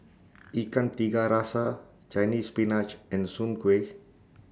Ikan Tiga Rasa Chinese Spinach and Soon Kueh